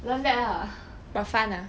learn that ah